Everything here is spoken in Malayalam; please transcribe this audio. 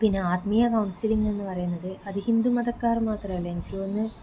പിന്നെ ആത്മീയ കൗൺസിലിംഗ് എന്ന് പറയുന്നത് അത് ഹിന്ദുമതക്കാർ മാത്രമല്ല എനിക്ക് തോന്നുന്നത്